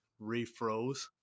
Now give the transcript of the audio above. refroze